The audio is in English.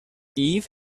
eve